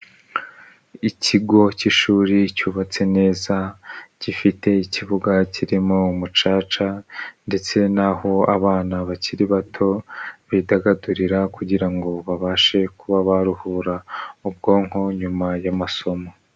Ikigo cy'ishuri cyubatse neza, gifite ikibuga kirimo umucaca ndetse n'aho abana bakiri bato bidagadurira kugira ngo babashe kuba baruhura ubwonko nyuma y'amasomo.